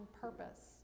purpose